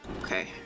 Okay